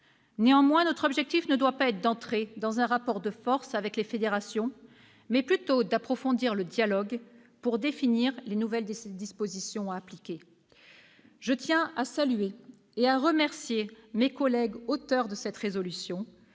Néanmoins, notre objectif doit être non pas d'entrer dans un rapport de force avec les fédérations, mais plutôt d'approfondir le dialogue pour définir les nouvelles dispositions à appliquer. Je tiens à saluer et à remercier mes collègues auteurs de cette proposition